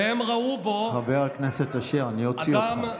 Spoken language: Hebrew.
והם ראו בו חבר הכנסת אשר, אני אוציא אותך.